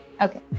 Okay